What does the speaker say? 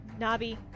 Nabi